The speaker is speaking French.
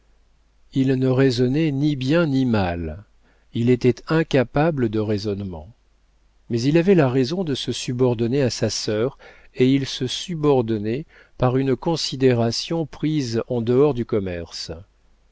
il ne raisonnait ni bien ni mal il était incapable de raisonnement mais il avait la raison de se subordonner à sa sœur et il se subordonnait par une considération prise en dehors du commerce